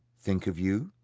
think of you?